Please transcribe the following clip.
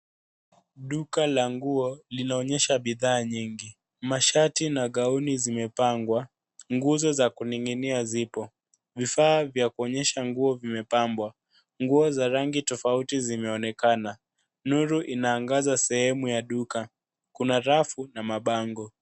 Duka la nguo linaonyesha bidhaa nyingi. Mashati na gauni zimepangwa. Nguzo za kuning'inia zipo. Vifaa vya kuonyesha nguo vimepambwa. Nguo za rangi tofauti zinaonekana. Nuru inaangaza sehemu ya duka. Kuna rafu na mabango.